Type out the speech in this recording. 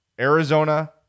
arizona